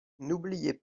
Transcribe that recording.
n’oubliez